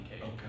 Okay